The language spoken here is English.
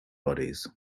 bodies